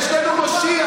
יש לנו מושיע,